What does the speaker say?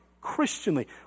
Christianly